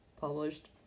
Published